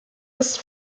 ist